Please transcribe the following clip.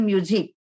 Music